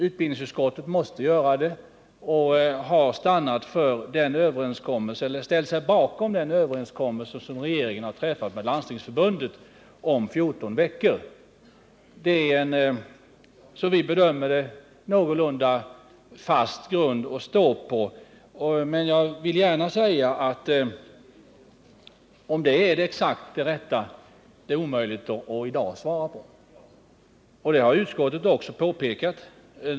Utbildningsutskottet måste göra det och har då ställt sig bakom den överenskommelse regeringen träffat med Landstingsförbundet om 14 veckor. Det är en, som vi bedömer det, någorlunda fast grund att stå på. Men om det är det exakt rätta är omöjligt att i dag svara på. Det har utskottet också påpekat.